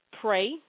Pray